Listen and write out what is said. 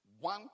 one